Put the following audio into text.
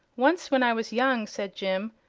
once, when i was young, said jim,